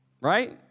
Right